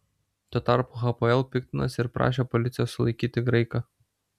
tuo tarpu hapoel piktinosi ir prašė policijos sulaikyti graiką